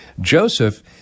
Joseph